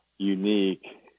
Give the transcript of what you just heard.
unique